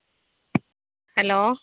hello